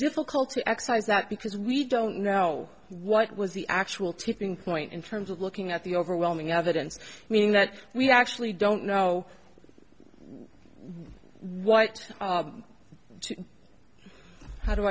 difficult to excise that because we don't know what was the actual tipping point in terms of looking at the overwhelming evidence meaning that we actually don't know what to how do